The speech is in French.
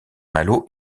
malo